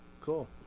Cool